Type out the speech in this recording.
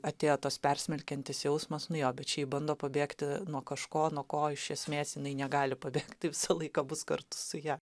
atėjo tas persmelkiantis jausmas nu jo bet šiaip bando pabėgti nuo kažko nuo ko iš esmės jinai negali pabėgt tai visą laiką bus kartu su ja